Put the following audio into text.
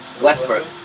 Westbrook